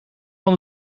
van